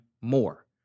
more